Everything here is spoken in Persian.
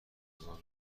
نگاه